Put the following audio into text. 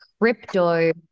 crypto